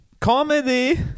Comedy